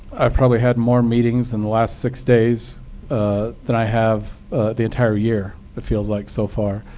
i've probably had more meetings in the last six days than i have the entire year it feels like so far.